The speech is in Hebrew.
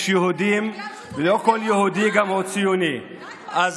לא כל יהודי הוא גם ציוני --- אנחנו